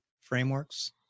frameworks